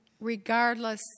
regardless